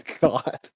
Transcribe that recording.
God